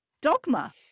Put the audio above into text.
Dogma